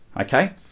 okay